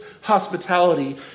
hospitality